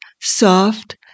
soft